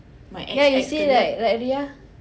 ya you see like like Ria